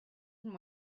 and